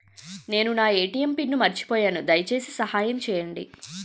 నేను నా ATM pin మర్చిపోయాను, దయచేసి సహాయం చేయండి